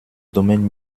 domaine